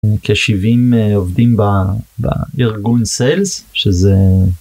כשבעים עובדים בארגון סיילס שזה